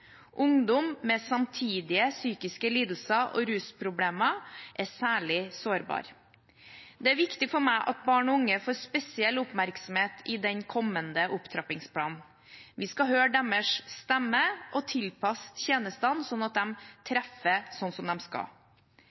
Ungdom med samtidige psykiske lidelser og rusproblemer er særlig sårbare. Det er viktig for meg at barn og unge får spesiell oppmerksomhet i den kommende opptrappingsplanen. Vi skal høre deres stemmer og tilpasse tjenestene så de treffer slik de skal. Jeg kan nevne at